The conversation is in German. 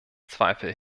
zweifel